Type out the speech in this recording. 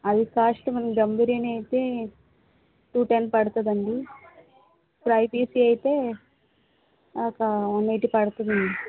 అది cost madam dum biryani అయితే two ten పడుతుంది అండి ఫ్రై పీస్ అయితే ఒక వన్ ఎయిటీ పడుతుంది అండి